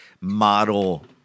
model